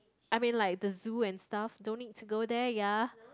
I mean like the zoo and stuff don't need to go there ya